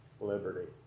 liberty